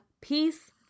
peace